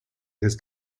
his